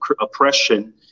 oppression